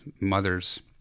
mother's